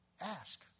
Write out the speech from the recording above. ask